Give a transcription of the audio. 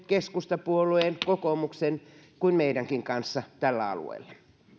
keskustapuolueen kokoomuksen kuin meidänkin kanssa tällä alueella